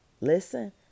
listen